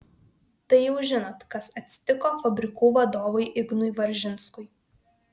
tai jau žinot kas atsitiko fabrikų vadovui ignui varžinskui